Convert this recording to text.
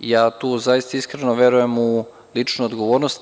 Ja tu zaista iskreno verujem u lično odgovornost.